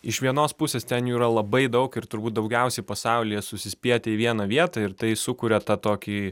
iš vienos pusės ten jų yra labai daug ir turbūt daugiausiai pasaulyje susispietę į vieną vietą ir tai sukuria tą tokį